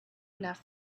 enough